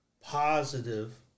positive